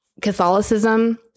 Catholicism